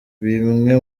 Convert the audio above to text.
bimwe